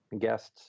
guests